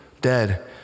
dead